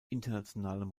internationalem